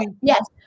yes